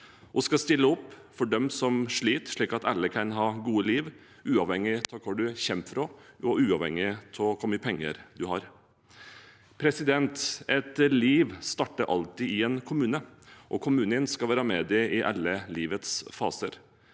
Vi skal stille opp for dem som sliter, slik at alle kan ha et godt liv, uavhengig av hvor man kommer fra, og uavhengig av hvor mye penger man har. Et liv starter alltid i en kommune, og kommunen skal være med en i alle livets faser.